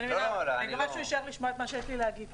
אני מקווה שהוא יישאר לשמוע את מה שיש לי להגיד.